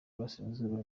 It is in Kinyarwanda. burasirazuba